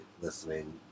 listening